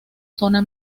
zona